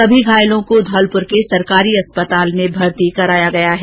सभी घायलों को धौलपुर के सरकारी अस्पताल में भर्ती करोया गया है